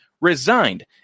resigned